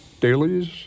dailies